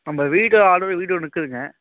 நம்ம வீடு ஆல்ரெடி வீடு ஒன்று இருக்குதுங்க